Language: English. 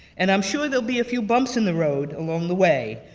and i'm sure there'll be a few bumps in the road, along the way.